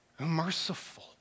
merciful